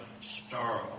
Star